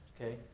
Okay